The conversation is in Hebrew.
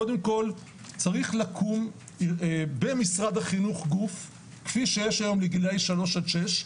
קודם כל צריך לקום במשרד החינוך גוף כפי שיש היום לגילאי 3-6,